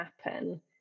happen